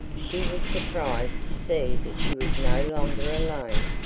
she was surprised to see that she was no longer alone.